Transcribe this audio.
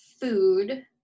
food